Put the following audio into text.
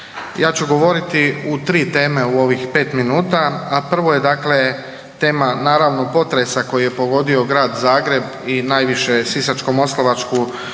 Ja ću govoriti u tri teme u ovih pet minuta, a prvo je tema naravno potresa koji je pogodio Grad Zagreb i najviše Sisačko-moslavačku